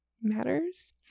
matters